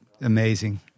amazing